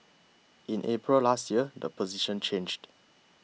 in April last year the position changed